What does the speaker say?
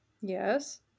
Yes